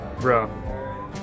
Bro